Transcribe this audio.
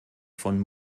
von